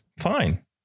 fine